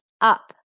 up